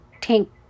Tank